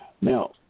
now